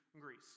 Greece